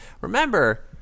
Remember